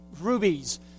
rubies